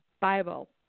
Bible